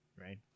right